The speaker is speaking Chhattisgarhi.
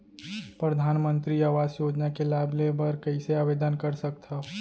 परधानमंतरी आवास योजना के लाभ ले बर कइसे आवेदन कर सकथव?